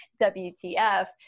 WTF